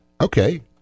Okay